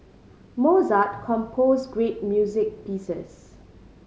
Mozart composed great music pieces